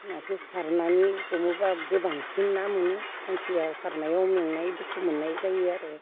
नाखौ सारनानै हमोबा बांसिन ना मोनो मानसिया सारनायाव मेंनाय दुखु मोननाय जायो आरो